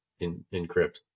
encrypt